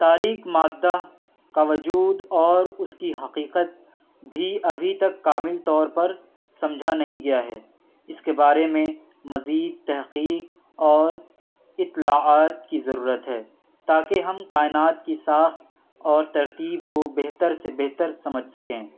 تاریک مادہ کا وجود اور اس کی حقیقت بھی ابھی تک کامل طور پر سمجھا نہیں گیا ہے اس کے بارے میں مزید تحقیق اور اطّلاعات کی ضرورت ہے تا کہ ہم کائنات کی ساخت اور ترتیب کو بہتر سے بہتر سمجھ سکیں